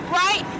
right